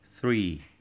Three